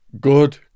Good